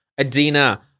Adina